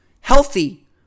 healthy